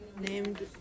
named